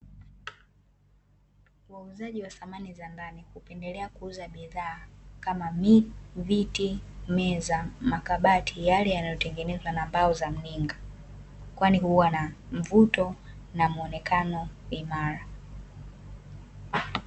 Wauzaji wa samani za ndani wakiendelea kuuza bidhaa kama viti, meza, makabati yale yanayo tengenezwa na mbao za mninga kwani huana mvuto na muonekano imara.